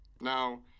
now